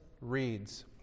reads